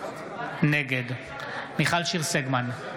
נגד מיכל שיר סגמן,